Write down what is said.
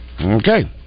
Okay